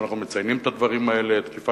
שאנחנו מציינים את הדברים האלה: תקיפה